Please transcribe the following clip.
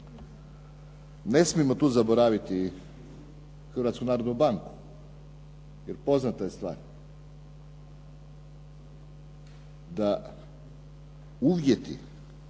Ne smijemo tu zaboraviti i Hrvatsku narodnu banku. Jer poznata je stvar da uvjeti,